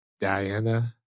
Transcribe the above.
Diana